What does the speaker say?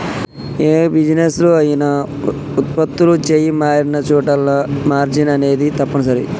యే బిజినెస్ లో అయినా వుత్పత్తులు చెయ్యి మారినచోటల్లా మార్జిన్ అనేది తప్పనిసరి